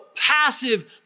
passive